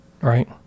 right